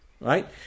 Right